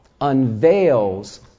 unveils